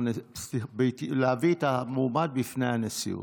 להביא את המועמד בפני הנשיאות.